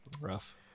rough